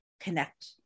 connect